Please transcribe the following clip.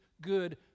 good